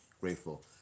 grateful